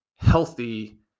Healthy